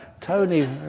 Tony